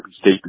State